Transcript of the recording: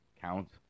counts